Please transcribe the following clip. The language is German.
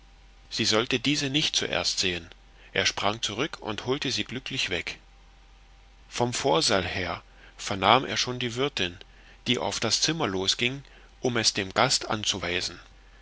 sie sollte diese nicht zuerst sehen er sprang zurück und holte sie glücklich weg vom vorsaal her vernahm er schon die wirtin die auf das zimmer losging um es dem gast anzuweisen